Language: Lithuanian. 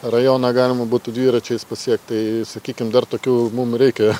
rajoną galima būtų dviračiais pasiekt tai sakykim dar tokių mum reikia